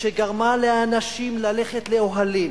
שגרמה לאנשים ללכת לאוהלים,